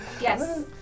Yes